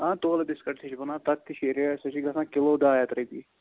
آ تولہٕ بسکِٹ تہِ چھِ بنان تتھ تہِ چھِ یہِ ریٹ سُہ چھُے گَژھان کِلو ڈاے ہتھ رۄپیہِ